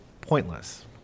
pointless